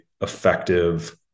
effective